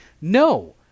No